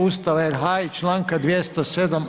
Ustava RH i članka 207.